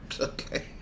Okay